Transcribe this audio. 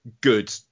good